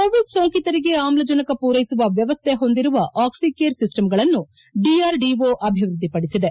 Covid ಸೋಂಕಿತರಿಗೆ ಆಮ್ಲಜನಕ ಪೂರೈಸುವ ವ್ಯವಸ್ಥೆ ಹೊಂದಿರುವ ಆಕ್ಲಿಕೇರ್ ಸಿಸ್ಟಂಗಳನ್ನು ಡಿಆರ್ಡಿಟ ಅಭಿವೃದ್ಧಿಪಡಿಸಿದೆ